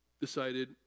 decided